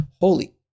holy